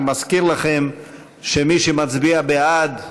אני מזכיר לכם שמי שמצביע בעד,